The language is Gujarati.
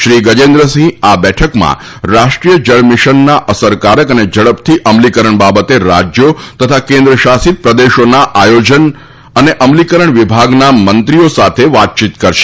શ્રી ગજેન્દ્રસિંહ આ બેઠકમાં રાષ્ટ્રીય જળમીશનના અસરકારક અને ઝડપથી અમલીકરણ બાબતે રાજ્યો તથા કેન્દ્ર શાસિત પ્રદેશોના આયોજન અને અમલીકરણ વિભાગના મંત્રીઓ સાથે વાતયીત કરશે